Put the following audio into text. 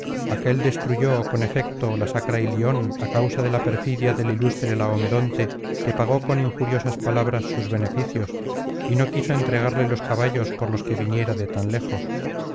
aquél destruyó con efecto la sacra ilion á causa de la perfidia del ilustre laomedonte que pagó con injuriosas palabras sus beneficios y no quiso entregarle los caballos por los que viniera de tan lejos